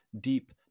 deep